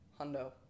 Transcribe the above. Hundo